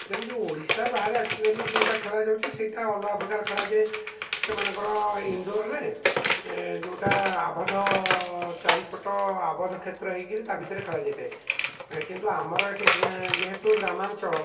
ଯେମିତି ଓଡିଶା ବାହାରେ ଆକ୍ଚୁଆଲୀ ଯେଉଁଟା ଖେଳାଯାଉଛି ସେଇଟା ଅଲଗା ପ୍ରକାର ଖେଳାଯାଏ ସେମାନଙ୍କର ଇନ୍ଡୋର୍ରେ ଯେଉଁଟା ଆବଦ୍ଧ ଚାରିପଟ ଆବଦ୍ଧ କ୍ଷେତ୍ର ହେଇକିରି ତା ଭିତରେ ଖେଳାଯାଇଥାଏ କିନ୍ତୁ ଆମର ଏଠି ଯେହେତୁ ଗ୍ରାମାଞ୍ଚଳ